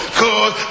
cause